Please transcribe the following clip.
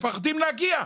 מפחדים להגיע.